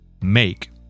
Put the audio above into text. make